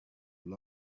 this